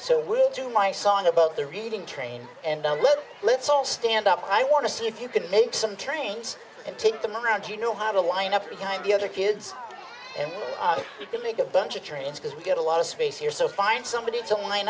so we'll do my song about the reading train and i'll let let's all stand up i want to see if you can take some trains and take them around you know how to line up behind the other kids and you can make a bunch of trains because we get a lot of space here so find somebody to line